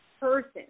person